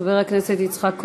הכנסת יצחק כהן.